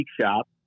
shop